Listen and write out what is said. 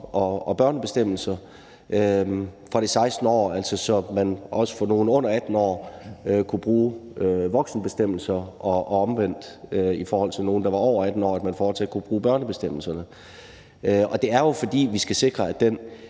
og børnebestemmelser fra det 16. år, så man også for nogle under 18 år kunne bruge voksenbestemmelser, og omvendt at man i forhold til nogle, der var over 18 år, fortsat kunne bruge børnebestemmelserne. Det er jo, fordi vi skal sikre, at den